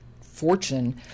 fortune